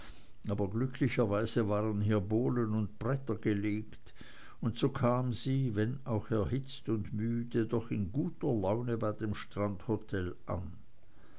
aber glücklicherweise waren hier bohlen und bretter gelegt und so kam sie wenn auch erhitzt und müde doch in guter laune bei dem strandhotel an